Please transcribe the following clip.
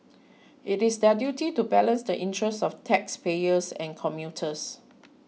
it is their duty to balance the interests of taxpayers and commuters